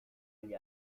agli